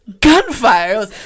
gunfire